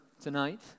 tonight